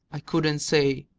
i couldn't say.